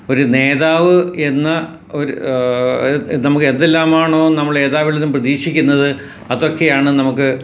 ഒരു നേതാവ് എന്ന ഒര് നമുക്ക് എന്തെല്ലാമാണോ നമ്മള് നേതാവിൽ നിന്ന് പ്രതീക്ഷിക്കുന്നത് അതൊക്കെയാണ് നമുക്ക്